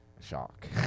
Shock